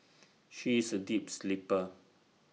she is A deep sleeper